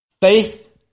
Faith